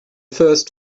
first